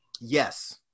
Yes